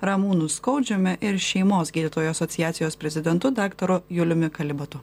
ramūnu skaudžiumi ir šeimos gydytojų asociacijos prezidentu daktaru juliumi kalibatu